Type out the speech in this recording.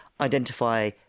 identify